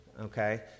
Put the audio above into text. Okay